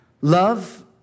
Love